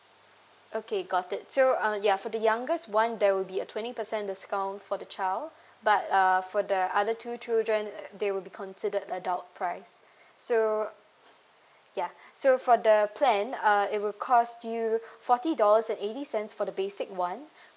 okay got it so uh ya for the youngest one there will be a twenty percent discount for the child but uh for the other two children they would be considered adult price so ya so for the plan uh it will cost you forty dollars and eighty cents for the basic one